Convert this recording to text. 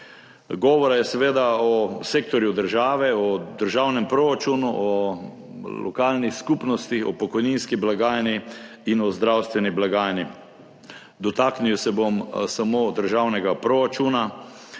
Govora je seveda o sektorju država, o državnem proračunu, o lokalnih skupnostih, o pokojninski blagajni in o zdravstveni blagajni. Dotaknil se bom samo državnega proračuna